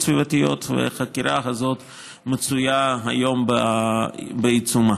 סביבתיות והחקירה הזאת מצויה היום בעיצומה.